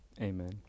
Amen